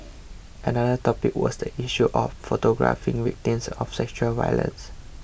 another topic was the issue of photographing victims of sexual violence